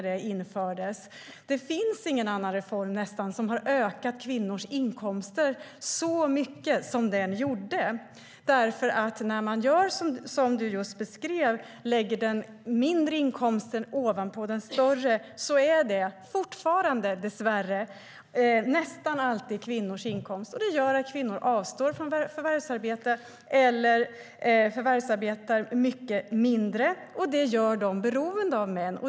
Det finns nästan ingen annan reform som har ökat kvinnors inkomster så mycket som den gjorde, därför att när man gör som du just beskrev, Mikael Eskilandersson, och lägger den mindre inkomsten ovanpå den större är det dessvärre fortfarande nästan alltid kvinnors inkomst, och det gör att kvinnor avstår från förvärvsarbete eller förvärvsarbetar mycket mindre. Det gör dem beroende av män.